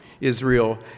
Israel